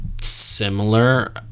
similar